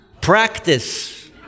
Practice